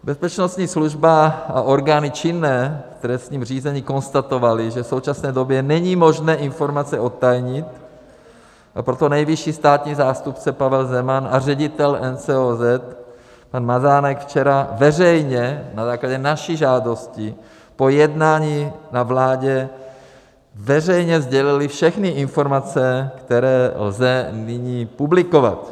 Bezpečnostní služba a orgány činné v trestním řízení konstatovaly, že v současné době není možné informace odtajnit, a proto nejvyšší státní zástupce Pavel Zeman a ředitel NCOZ pan Mazánek včera veřejně na základě naší žádosti po jednání na vládě veřejně sdělili všechny informace, které lze nyní publikovat.